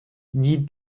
die